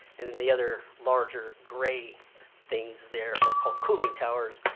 and then the other larger gray things there are called cooling towers,